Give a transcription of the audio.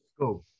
Go